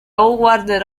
howard